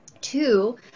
Two